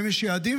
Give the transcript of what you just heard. האם יש יעדים?